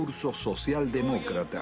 but so social-democrat